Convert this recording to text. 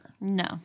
No